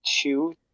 two